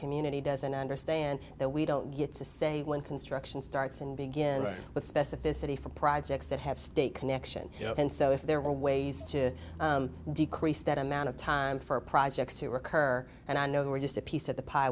community doesn't understand that we don't get to say when construction starts and begins with specificity for projects that have state connection and so if there are ways to decrease that amount of time for projects to occur and i know we're just a piece of the pi